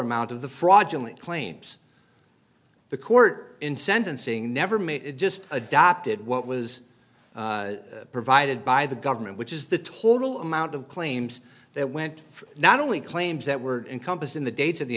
amount of the fraudulent claims the court in sentencing never made it just adopted what was provided by the government which is the total amount of claims that went for not only claims that were encompassed in the dates of the